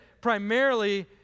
primarily